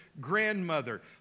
grandmother